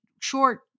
short